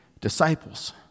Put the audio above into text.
disciples